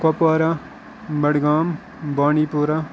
کوٚپوارا بَڈگام بانڈی پورا